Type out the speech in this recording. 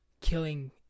killing